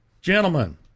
Gentlemen